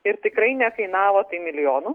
ir tikrai nekainavo tai milijonų